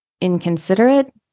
inconsiderate